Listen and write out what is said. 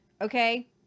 Okay